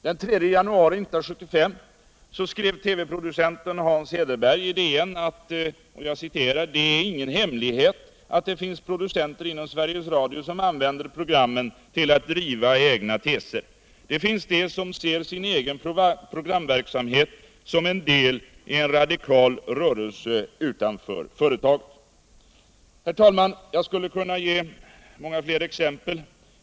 Den 3 januari 1975 skrev TV-producenten Hans Hederberg i DN att ”det är ingen hemlighet att det finns producenter inom Sveriges Radio som använder programmen till att driva egna teser. Det finns de som ser sin egen programverksamhet som en del i en radikal rörelse utanför företaget.” Herr talman! Jag skulle kunna ge många fler exempel.